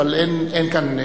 אבל אין כאן,